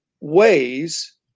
ways